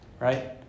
Right